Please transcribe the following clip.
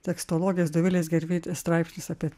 tekstologės dovilės gervytės straipsnis apie